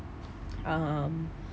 um